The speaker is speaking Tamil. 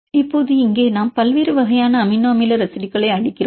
எனவே இப்போது இங்கே நாம் பல்வேறு வகையான அமினோ அமில ரெசிடுயுகளை அளிக்கிறோம்